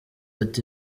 ati